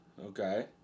Okay